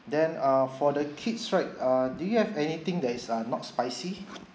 then uh for the kids right uh do you have anything that is err not spicy